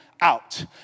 out